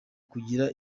kugira